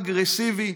אגרסיבי,